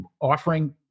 offering